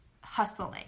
hustling